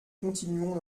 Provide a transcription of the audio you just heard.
continuons